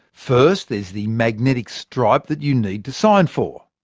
first, there's the magnetic stripe that you need to sign for.